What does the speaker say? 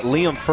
Liam